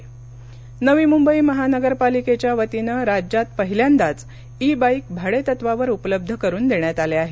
E bike Navi Mumbai Navi Mumbai महानगरपालिकेच्या वतीनं राज्यात पहिल्यांदाच इ बाईक भाडेतत्वावर उपलब्ध करून देण्यात आल्या आहेत